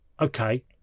okay